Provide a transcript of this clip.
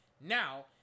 Now